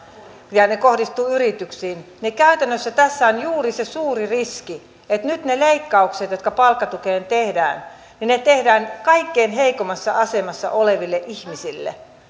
ja se kohdistuu yrityksiin niin käytännössä tässä on juuri se suuri riski että nyt ne leikkaukset jotka palkkatukeen tehdään tehdään kaikkein heikoimmassa asemassa oleville ihmisille